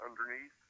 underneath